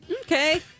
Okay